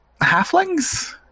halflings